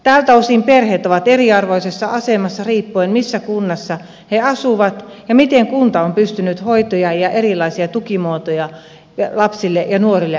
tältä osin perheet ovat eriarvoisessa asemassa riippuen siitä missä kunnassa he asuvat ja miten kunta on pystynyt hoitoja ja erilaisia tukimuotoja lapsille ja nuorille antamaan